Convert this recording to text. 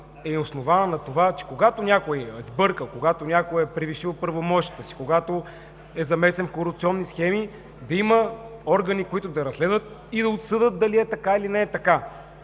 е основана на това, че когато някой е сбъркал, когато някой е превишил правомощията си, когато е замесен в корупционни схеми, да има органи, които да разследват и да отсъдят дали е така, или не е така.